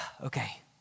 Okay